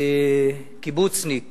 קיבוצניק